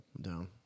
Down